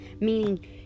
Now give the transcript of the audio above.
Meaning